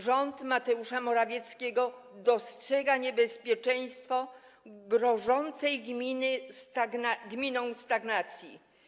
Rząd Mateusza Morawieckiego dostrzega niebezpieczeństwo grożącej gminom stagnacji.